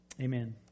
Amen